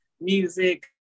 Music